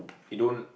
they don't